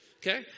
Okay